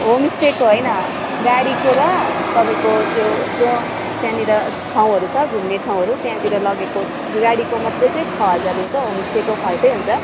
Homestake होइन गाडीको र तपाईँको त्यो जो त्यहाँनिर ठाउँहरू छ घुम्ने ठाउँहरू त्यहाँतिर लगेको मात्र चाहिँ छ हजार हुन्छ होमस्टेको फाल्टै हुन्छ